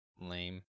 Lame